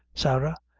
sarah,